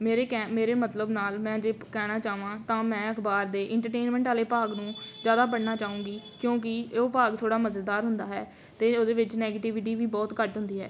ਮੇਰੇ ਕੈਂ ਮੇਰੇ ਮਤਲਬ ਨਾਲ ਮੈਂ ਜੇ ਕਹਿਣਾ ਚਾਹਵਾਂ ਤਾਂ ਮੈਂ ਅਖਬਾਰ ਦੇ ਇੰਟਰਟੇਨਮੈਂਟ ਵਾਲੇ ਭਾਗ ਨੂੰ ਜ਼ਿਆਦਾ ਪੜ੍ਹਨਾ ਚਾਹੂੰਗੀ ਕਿਉਂਕਿ ਉਹ ਭਾਗ ਥੋੜ੍ਹਾ ਮਜ਼ੇਦਾਰ ਹੁੰਦਾ ਹੈ ਅਤੇ ਉਹਦੇ ਵਿੱਚ ਨੈਗੇਟਿਵਿਟੀ ਵੀ ਬਹੁਤ ਘੱਟ ਹੁੰਦੀ ਹੈ